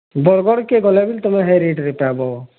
ବରଗଡ଼୍ କେ ଗଲେ ଭିଲ୍ ତମେ ହେ ରେଟ୍ରେ ପାଏବ